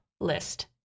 list